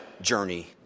journey